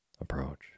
Approach